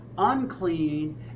unclean